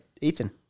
Ethan